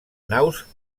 naus